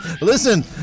Listen